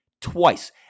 twice